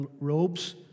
robes